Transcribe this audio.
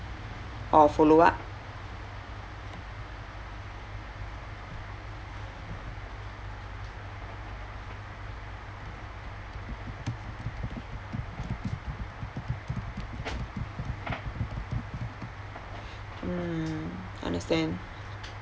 or follow up mm understand